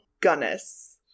Gunnis